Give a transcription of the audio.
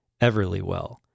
Everlywell